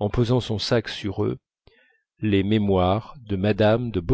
en posant son sac sur eux les mémoires de mme de